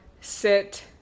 sit